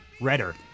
Redder